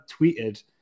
tweeted